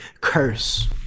curse